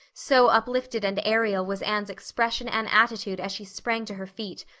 so uplifted and aerial was anne's expression and attitude as she sprang to her feet,